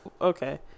okay